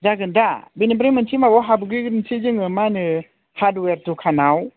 जागोन दा बिनिफ्राय मोनसे माबायाव हाबग्रोगोनोसै जोङो हार्दवेर द'खानाव